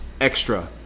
extra